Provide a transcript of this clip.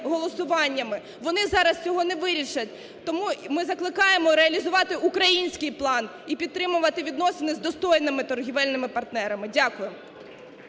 голосуваннями, вони зараз цього не вирішать. Тому ми закликаємо реалізувати український план і підтримувати відносини з достойними торгівельними партнерами. Дякую.